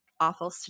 awful